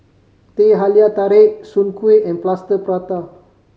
Teh Halia Tarik Soon Kueh and Plaster Prata